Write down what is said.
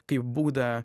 kaip būdą